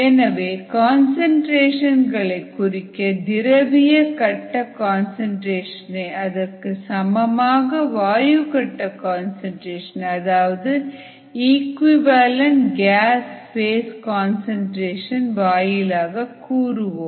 எனவே கன்சன்ட்ரேஷன் களை குறிக்க திரவிய கட்ட கன்சன்ட்ரேஷன் ஐ அதற்கு சமமான வாயு கட்ட கன்சன்ட்ரேஷன் அதாவது ஈக்விவலெண்ட் கேஸ் ஃபேஸ் கன்சன்ட்ரேஷன் வாயிலாக கூறுவோம்